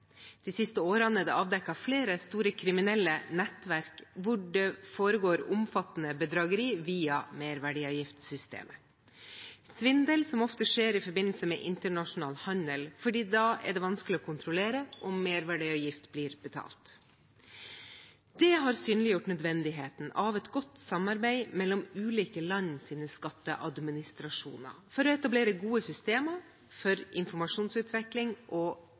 De siste årene er det avdekket flere store kriminelle nettverk hvor det foregår omfattende bedrageri via merverdiavgiftssystemet – svindel som ofte skjer i forbindelse med internasjonal handel, for da er det vanskelig å kontrollere om merverdiavgift blir betalt. Det har synliggjort nødvendigheten av et godt samarbeid mellom ulike lands skatteadministrasjoner for å etablere gode systemer for informasjonsutveksling og